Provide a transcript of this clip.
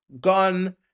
gun